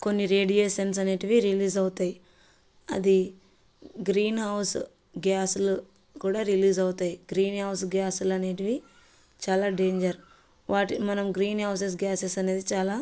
కొన్ని రేడియేషన్స్ అనేటివి రిలీజ్ అవుతాయి అది గ్రీన్ హౌజ్ గ్యాసులు కూడా రిలీజ్ అవుతాయి గ్రీన్ హౌజ్ గ్యాసులు అనేటివి చాలా డేంజర్ వాటిని మనం గ్రీన్ హౌసెస్ గ్యాసెస్ అనేది చాలా